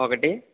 ఒకటి